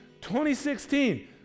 2016